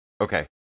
Okay